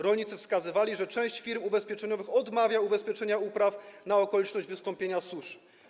Rolnicy wskazywali, że część firm ubezpieczeniowych odmawia ubezpieczenia upraw na okoliczność wystąpienia suszy.